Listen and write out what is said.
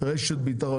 רשת ביטחון.